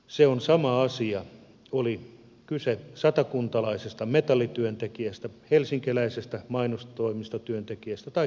se on sama asia oli kyse satakuntalaisesta metallityöntekijästä helsinkiläisestä mainostoimistotyöntekijästä tai kainuulaisesta metsurista